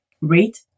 rate